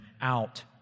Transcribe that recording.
out